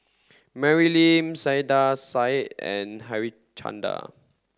Mary Lim Saiedah Said and Harichandra